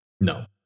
No